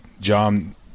John